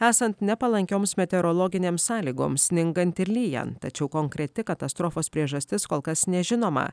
esant nepalankioms meteorologinėms sąlygoms sningant ir lyjant tačiau konkreti katastrofos priežastis kol kas nežinoma